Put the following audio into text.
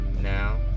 Now